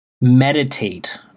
meditate